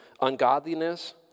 ungodliness